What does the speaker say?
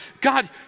God